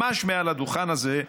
ממש מעל הדוכן הזה,